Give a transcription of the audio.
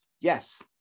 Yes